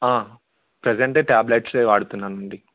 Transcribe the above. present tablets వాడుతున్నానండి